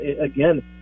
again